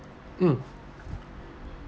um